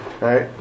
right